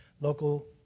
local